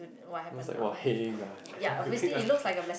then it was like !wah! heng ah good thing I